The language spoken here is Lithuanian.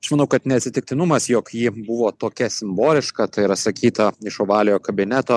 aš manau kad ne atsitiktinumas jog ji buvo tokia simboliška tai yra sakyta iš ovaliojo kabineto